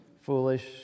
foolish